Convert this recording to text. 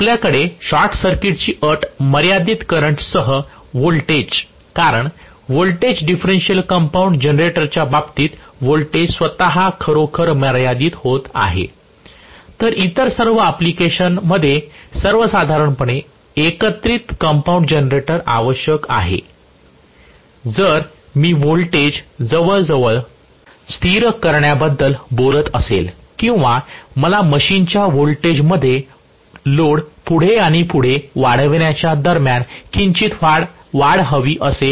आपल्याकडे शॉर्ट सर्किटची अट मर्यादित करंट सह असेल कारण व्होल्टेज डिफरेन्शिअल कंपाऊंड जनरेटरच्या बाबतीत वोल्टेज स्वतःच खरोखर मर्यादित होत आहे तर इतर सर्व ऍप्लिकेशन मध्ये साधारणपणे एकत्रित कंपाऊंड जनरेटर आवश्यक आहे जर मी व्होल्टेज जवळजवळ स्थिर करण्याबद्दल बोलत असेल किंवा मला मशीनच्या व्होल्टेजमध्ये लोड पुढे आणि पुढे वाढवण्याच्या दरम्यान किंचित वाढ हवी असेल